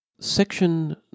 section